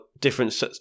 different